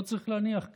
לא צריך להניח כך.